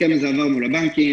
הסכם זה עבר מול הבנקים.